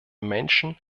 menschen